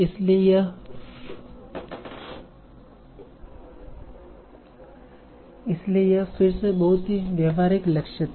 इसलिए यह फिर से बहुत ही व्यावहारिक लक्ष्य था